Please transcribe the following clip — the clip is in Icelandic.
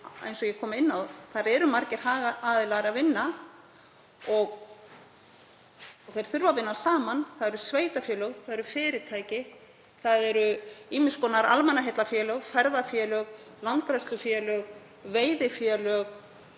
eins og ég kom inn á. Þar eru margir hagaðilar að vinna og þeir þurfa að vinna saman. Það eru sveitarfélög, það eru fyrirtæki, það eru ýmiss konar almannaheillafélög, ferðafélög, landgræðslufélög, veiðifélög